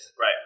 Right